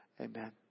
Amen